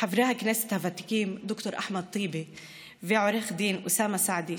חברי הכנסת הוותיקים ד"ר אחמד טיבי ועו"ד אוסאמה סעדי,